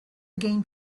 again